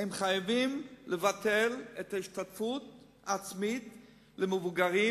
הן חייבות לבטל את ההשתתפות העצמית למבוגרים,